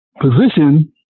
position